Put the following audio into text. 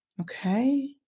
Okay